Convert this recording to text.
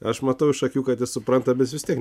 aš matau iš akių kad jis supranta bet vis tiek